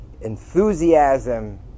enthusiasm